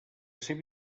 seva